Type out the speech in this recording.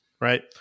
right